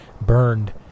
burned